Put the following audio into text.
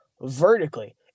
vertically